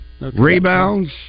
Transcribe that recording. rebounds